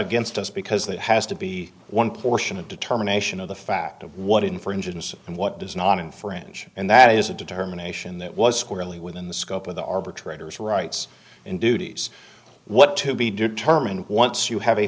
against us because that has to be one portion of determination of the fact of what in for engines and what does not infringe and that is a determination that was squarely within the scope of the arbitrator's rights and duties what to be determined once you have a